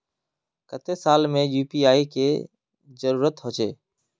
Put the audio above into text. केते साल में यु.पी.आई के जरुरत होचे?